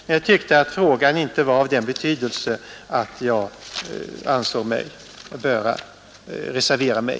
Däremot ansåg jag inte frågan vara av den betydelse att jag borde reservera mig.